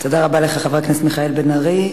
תודה רבה לך, חבר הכנסת מיכאל בן-ארי.